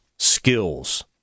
Skills